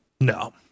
no